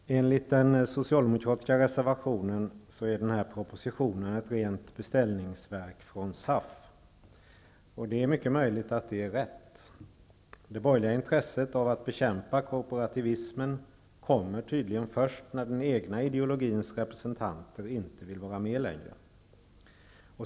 Fru talman! Enligt den socialdemokratiska reservationen är denna proposition ett rent beställningsverk från SAF. Det är mycket möjligt att det är riktigt. Det borgerliga intresset av att bekämpa korporativismen kommer tydligen först när den egna ideologins representanter inte vill vara med längre.